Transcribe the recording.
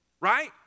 Right